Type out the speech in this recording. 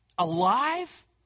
Alive